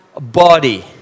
body